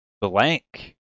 Blank